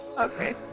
Okay